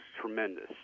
tremendous